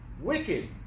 Wicked